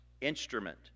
instrument